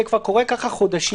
זה כבר קורה ככה חודשים.